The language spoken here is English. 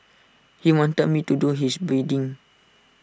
he wanted me to do his bidding